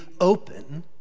open